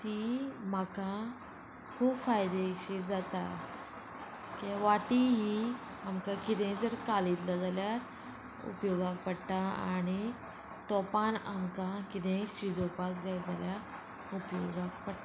ती म्हाका खूब फायदेशीर जाता की वाटी ही आमकां कितेंय जर कालयतलो जाल्यार उपयोगाक पडटा आनी तोपान आमकां कितेंय शिजोवपाक जाय जाल्या उपयोगाक पडटा